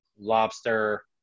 Lobster